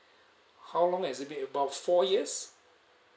how long is it be about four years